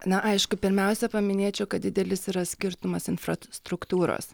na aišku pirmiausia paminėčiau kad didelis yra skirtumas infrastruktūros